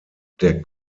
der